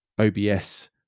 OBS